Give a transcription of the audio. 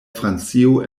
francio